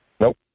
Nope